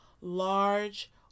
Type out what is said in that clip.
large